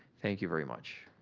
thank you very much.